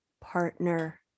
partner